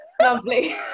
lovely